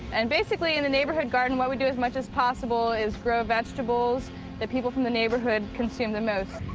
and, basically, in the neighborhood garden, what we do, as much as possible, is grow vegetables that people from the neighborhood consume the most.